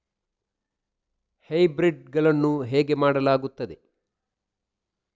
Hybrid ಗಳನ್ನು ಹೇಗೆ ಮಾಡಲಾಗುತ್ತದೆ?